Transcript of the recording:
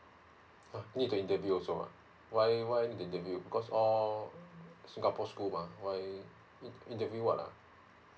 ha need to interview also ah why why need to interview because all oh singapore schools mah why in~ interview what lah